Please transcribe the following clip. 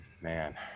man